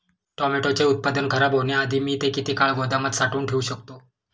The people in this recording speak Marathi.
टोमॅटोचे उत्पादन खराब होण्याआधी मी ते किती काळ गोदामात साठवून ठेऊ शकतो?